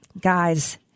Guys